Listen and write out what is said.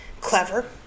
clever